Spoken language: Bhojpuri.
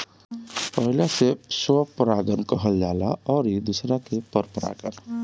पहिला से स्वपरागण कहल जाला अउरी दुसरका के परपरागण